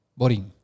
boring